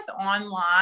online